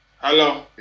Hello